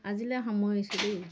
আজিলৈ সামৰিছোঁ দেই